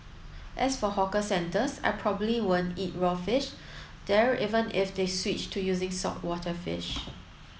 as for hawker centres I probably won't eat raw fish there even if they switched to using saltwater fish